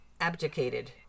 abdicated